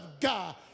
God